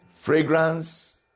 Fragrance